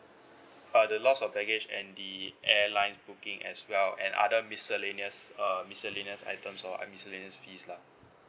ah the loss of baggage and the airline booking as well and other miscellaneous err miscellaneous items or miscellaneous fees lah